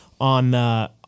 on